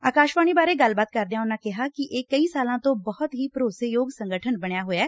ਆਕਾਸ਼ਵਾਣੀ ਬਾਰੇ ਗੱਲਬਾਤ ਕਰਦਿਆਂ ਉਨ੍ਹਾਂ ਕਿਹਾ ਕਿ ਇਹ ਕਈ ਸਾਲਾਂ ਤੋਂ ਬਹੁਤ ਹੀ ਭਰੋਸੇਯੋਗ ਸੰਗਠਨ ਬਣਿਆ ਹੋਇਐ